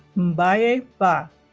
mbaye ba